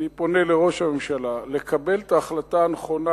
אני פונה אל ראש הממשלה לקבל את ההחלטה הנכונה,